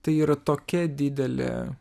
tai yra tokia didelė